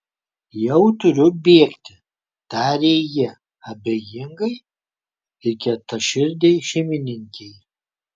jau turiu bėgti tarė ji abejingai ir kietaširdei šeimininkei